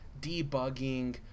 debugging